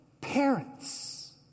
parents